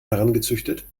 herangezüchtet